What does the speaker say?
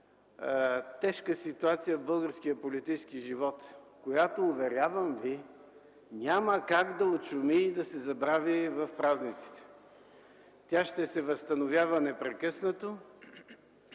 тежка ситуация в българския политически живот, която, уверявам ви, няма как да отшуми и да се забрави в празниците. Тя ще се възстановява непрекъснато,